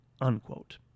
unquote